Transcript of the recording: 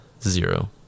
Zero